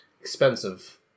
expensive